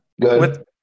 Good